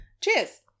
Cheers